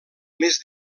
més